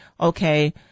okay